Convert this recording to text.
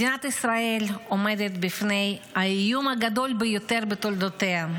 מדינת ישראל עומדת בפני האיום הגדול ביותר בתולדותיה,